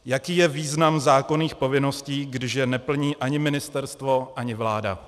Jaký je význam zákonných povinností, když je neplní ani ministerstvo, ani vláda?